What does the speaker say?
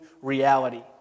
reality